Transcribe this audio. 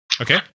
okay